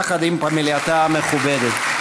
יחד עם פמלייתה המכובדת.